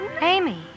Amy